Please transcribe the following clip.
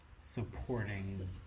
supporting